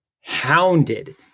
hounded